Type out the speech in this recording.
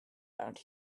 around